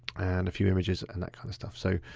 and a few images and that kind of stuff. so